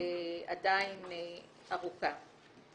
עדיין ארוכה.